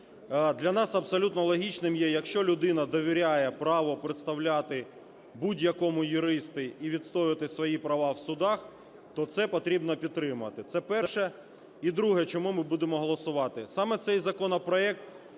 Для нас абсолютно логічним є, якщо людина довіряє право представляти будь-якому юристу і відстоювати свої права в судах, то це потрібно підтримати. Це перше. І друге, чому ми будемо голосувати. Саме цей законопроект